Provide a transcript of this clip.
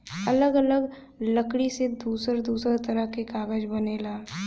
अलग अलग लकड़ी से दूसर दूसर तरह के कागज बनेला